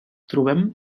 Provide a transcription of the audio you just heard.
trobem